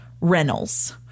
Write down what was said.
Reynolds